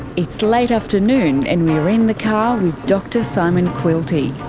it's late afternoon and we're in the car with dr simon quilty,